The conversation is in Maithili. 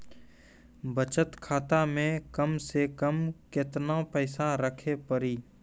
बचत खाता मे कम से कम केतना पैसा रखे पड़ी?